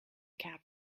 cab